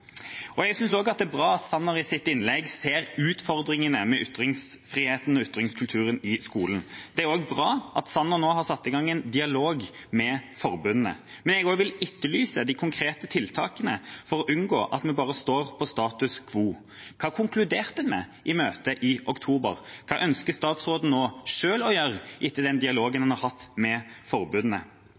Jeg synes også det er bra at Sanner i sitt innlegg ser utfordringene med ytringsfriheten og ytringskulturen i skolen. Det er også bra at Sanner nå har satt i gang en dialog med forbundene. Men også jeg vil etterlyse de konkrete tiltakene for å unngå at vi er på status quo. Hva konkluderte en med i møtet i oktober? Hva ønsker statsråden nå selv å gjøre etter den dialogen han har hatt med